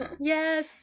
yes